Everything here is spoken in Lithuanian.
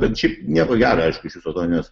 bet šiaip nieko gera aišku iš viso to nes